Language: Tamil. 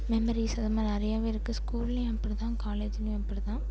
மெமரிஸ் அதை மாதிரி நிறையவே இருக்குது ஸ்கூல்லேயும் அப்படி தான் காலேஜ்லேயும் அப்படி தான்